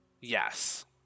Yes